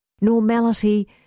Normality